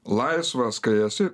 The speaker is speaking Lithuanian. laisvas kai esi